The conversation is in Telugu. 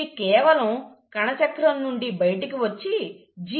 ఇవి కేవలం కణచక్రం నుండి బయటకు వచ్చి G0 అనే phase లో ఉంటాయి